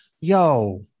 Yo